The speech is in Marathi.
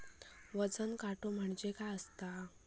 वजन काटो म्हणजे काय असता?